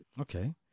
Okay